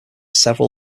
several